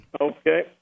Okay